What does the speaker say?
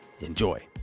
Enjoy